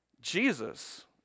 Jesus